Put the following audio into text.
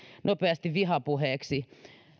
nopeasti vihapuheeksi